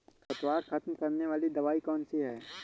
खरपतवार खत्म करने वाली दवाई कौन सी है?